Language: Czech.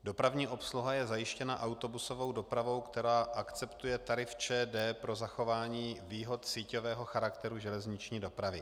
Dopravní obsluha je zajištěna autobusovou dopravou, která akceptuje tarif ČD pro zachování výhod síťového charakteru železniční dopravy.